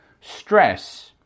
stress